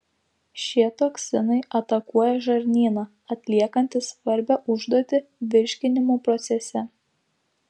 šie toksinai atakuoja žarnyną atliekantį svarbią užduotį virškinimo procese